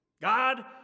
God